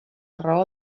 raó